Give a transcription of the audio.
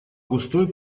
густой